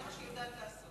זה מה שהיא יודעת לעשות.